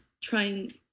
trying